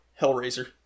Hellraiser